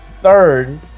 Third